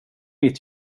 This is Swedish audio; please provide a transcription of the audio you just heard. mitt